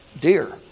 deer